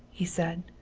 he said.